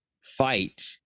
fight